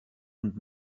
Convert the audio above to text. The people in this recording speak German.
und